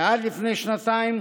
ועוד לפני שנתיים